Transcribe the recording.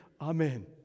Amen